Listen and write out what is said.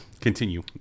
Continue